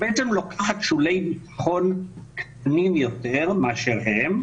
היא בעצם לוקח שולי ביטחון קטנים יותר מאשר הם.